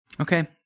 Okay